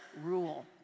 rule